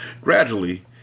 gradually